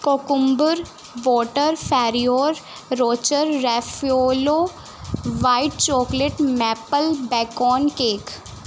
cucumber water Ferrero Rocher Raffaello white chocolate maple bacon cake